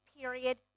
period